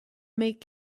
make